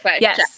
Yes